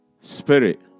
spirit